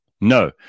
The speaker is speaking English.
no